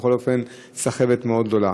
ובכל אופן סחבת מאוד גדולה.